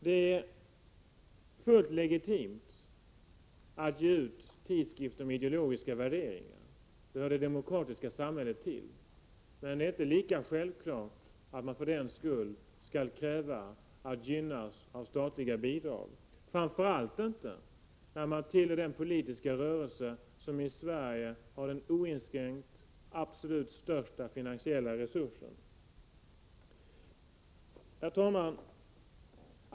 Det är fullt legitimt att ge ut tidskrifter med ideologiska värderingar; det hör det demokratiska samhället till. Men det är inte lika självklart att man för den skull skall kräva att gynnas av statliga bidrag, framför allt inte när man tillhör den politiska rörelse som i Sverige har de absolut största finansiella resurserna. Herr talman!